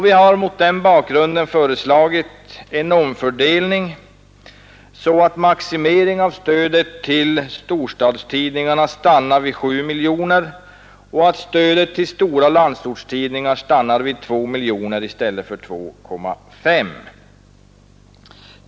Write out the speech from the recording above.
Vi har mot den bakgrunden föreslagit en omfördelning så att stödet till storstadstidningarna stannar vid 7 miljoner och att stödet till stora landsortstidningar stannar vid 2 miljoner i stället för 2,5.